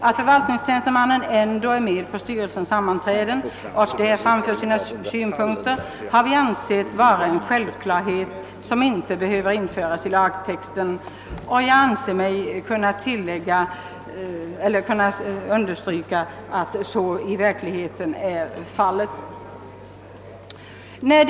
Att förvaltningstjänstemannen är med på styrelsens sammanträden och där framför sina synpunkter har vi ansett vara en självklarhet, som inte behöver inskrivas i lagtexten, och det är väl också på detta sätt en styrelse arbetar.